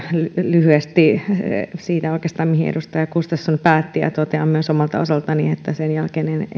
lyhyesti oikeastaan siitä mihin edustaja gustafsson päätti ja totean myös omalta osaltani että sen jälkeen ellei